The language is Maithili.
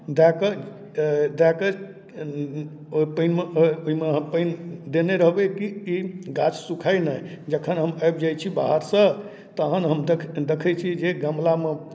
दए कऽ दए कऽ ओहि ओहि पानिमे ओहिमे अहाँ पानि देने रहबै कि ई गाछ सुखाय नहि जखन हम आबि जाइ छी बाहरसँ तहन हम देख देखै छी जे गमलामे